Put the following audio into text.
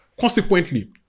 consequently